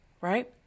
right